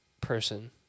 person